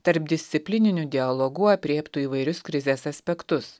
tarpdisciplininiu dialogu aprėptų įvairius krizės aspektus